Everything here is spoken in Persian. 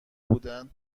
بودن